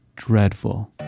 dreadful.